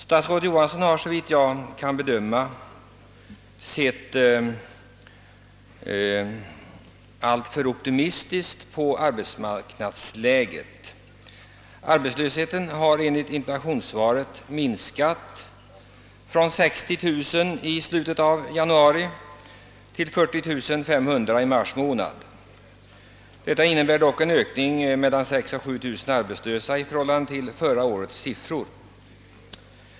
Statsrådet Johansson har såvitt jag kan bedöma sett alltför optimistiskt på arbetsmarknadsläget. Enligt interpellationssvaret har arbetslösheten minskat från 60 000 i slutet av januari till 40 500 i mars månad. Detta innebär dock en ökning av 6 000 å 7 000 arbetslösa jäm fört med förra årets siffror.